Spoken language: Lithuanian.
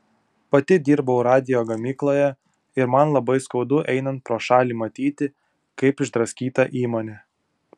pati dirbau radijo gamykloje ir man labai skaudu einant pro šalį matyti kaip išdraskyta įmonė